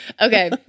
Okay